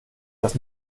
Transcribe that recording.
das